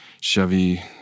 Chevy